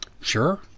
Sure